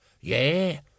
Yeah